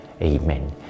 Amen